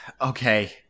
Okay